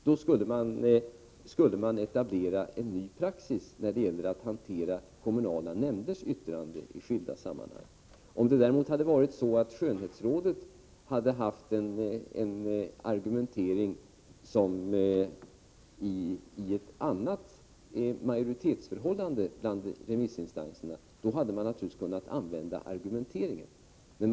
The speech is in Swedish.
Då skulle man etablera en ny praxis när det gäller att hantera kommunala nämnders yttranden i skilda sammanhang. Om det däremot hade varit så, att det var ett annat majoritetsförhållande bland remissinstanserna, hade man naturligtvis kunnat använda sig av skönhetsrådets argumentering.